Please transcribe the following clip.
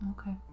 Okay